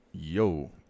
Yo